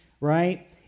right